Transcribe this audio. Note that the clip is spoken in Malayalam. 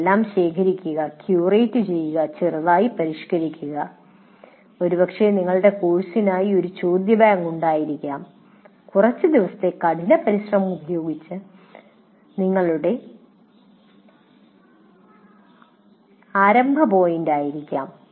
അവയെല്ലാം ശേഖരിക്കുക ക്യൂറേറ്റ് ചെയ്യുക ചെറുതായി പരിഷ്കരിക്കുക നിങ്ങളുടെ കോഴ്സിനായി കുറച്ച് ദിവസത്തെ കഠിന പരിശ്രമം ഉപയോഗിച്ച് ഒരു ചോദ്യ ബാങ്ക് ഉണ്ടാക്കിയിരിക്കാം ഒരുപക്ഷേ അത് നിങ്ങളുടെ ആരംഭ പോയിന്റായിരിക്കാം